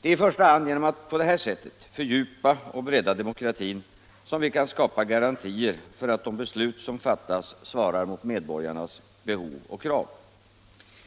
Det är i första hand genom att på detta sätt fördjupa och bredda demokratin som vi kan skapa garantier för att de beslut som fattas svarar mot medborgarnas behov och krav.